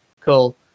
cool